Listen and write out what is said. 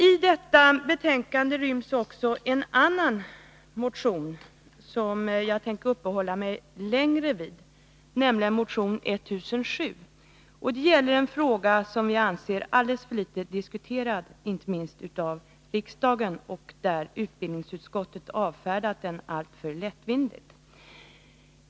I detta betänkande behandlas också en annan motion, som jag tänker uppehålla mig längre vid, nämligen motion 1007. Det gäller en fråga som jag anser har diskuterats alldeles för litet, inte minst av riksdagen, och som utbildningsutskottet avfärdat alltför lättvindigt.